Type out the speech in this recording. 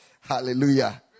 Hallelujah